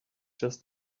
just